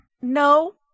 no